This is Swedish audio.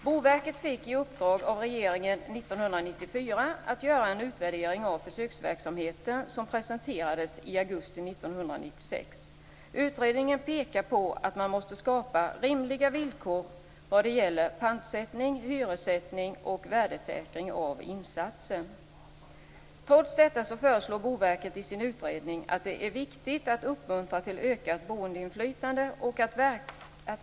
Boverket fick i uppdrag av regeringen 1994 att göra en utvärdering av försöksverksamheten som presenterades i augusti 1996. Utredningen pekar på att man måste skapa rimliga villkor vad gäller pantsättning, hyressättning och värdesäkring av insatsen. Trots detta föreslår Boverket i sin utredning att det är viktigt att uppmuntra till ökat boendeinflytande.